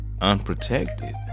unprotected